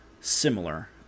similar